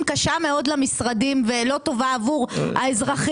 קשה מאוד למשרדים ולא טובה עבור האזרחים,